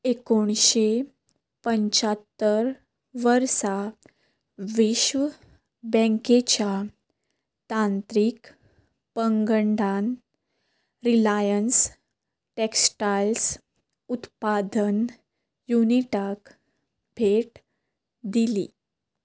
एकोणशे पंच्यात्तर वर्सा विश्व बँकेच्या तांत्रीक पंगंडान रिलायंस टॅक्स्टायल्स उत्पादन युनिटाक भेट दिली